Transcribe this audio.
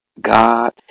God